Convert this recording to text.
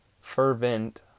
fervent